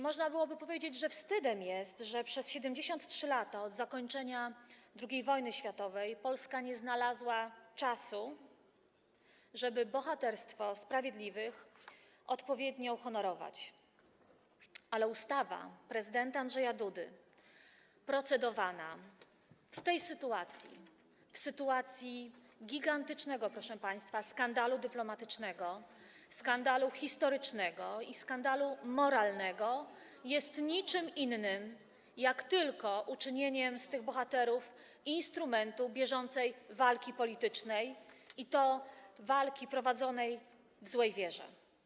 Można byłoby powiedzieć, że wstydem jest, że przez 73 lata od zakończenia II wojny światowej Polska nie znalazła czasu, żeby bohaterstwo sprawiedliwych odpowiednio uhonorować, ale ustawa prezydenta Andrzeja Dudy procedowana w tej sytuacji, w sytuacji gigantycznego, proszę państwa, skandalu dyplomatycznego, skandalu historycznego i skandalu moralnego jest niczym innym, jak tylko uczynieniem z tych bohaterów instrumentu bieżącej walki politycznej, i to walki prowadzonej w złej wierze.